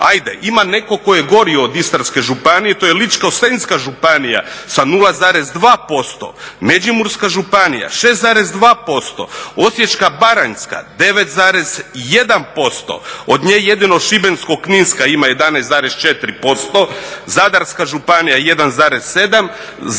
Ajde, ima netko tko je gori od Istarske županije, to je Ličko-senjska županija sa 0,2%, Međimurska županija 6,2%, Osječko-baranjska 9,1%, od nje jedino Šibensko-kninska ima 11,4%, Zadarska županija 1,7%,